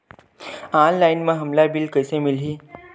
Online म हमला bill कइसे मिलही?